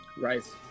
Rice